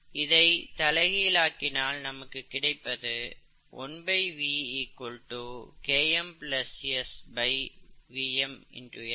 இதை தலைகீழாக்கினால் நமக்கு கிடைப்பது 1V KmSVmS